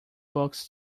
books